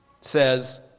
says